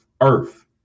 earth